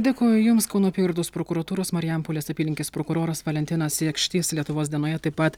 dėkoju jums kauno apygardos prokuratūros marijampolės apylinkės prokuroras valentinas jakštys lietuvos dienoje taip pat